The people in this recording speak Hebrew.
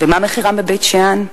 ומה מחירם בבית-שאן,